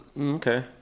Okay